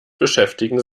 beschäftigen